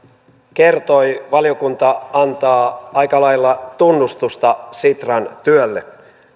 kertoi valiokunta antaa aika lailla tunnustusta sitran työlle